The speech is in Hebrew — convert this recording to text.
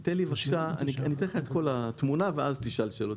בבקשה, אני אתן לך את כל התמונה ואז תשאל שאלות.